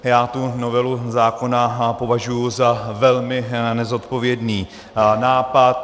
Já tu novelu zákona považuji za velmi nezodpovědný nápad.